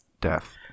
death